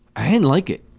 i and like it.